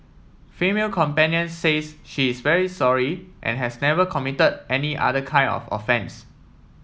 female companion says she is very sorry and has never committed any other kind of offence